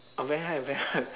oh very high very high